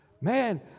Man